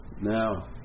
Now